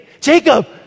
Jacob